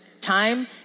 time